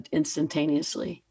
instantaneously